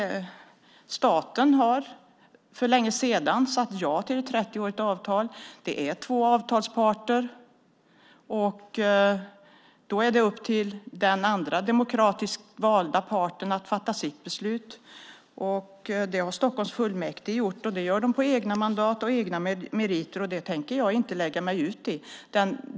Staten har för länge sedan sagt ja till ett 30-årigt avtal. Det är två avtalsparter. Det är upp till den andra demokratiskt valda parten att fatta sitt beslut. Det har Stockholms fullmäktige gjort, och det gör de på egna mandat och egna meriter. Det tänker jag inte lägga mig i.